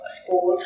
school